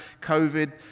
COVID